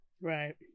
right